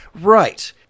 Right